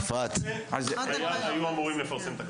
במרץ 2011 היו אמורים לפרסם את התקנות.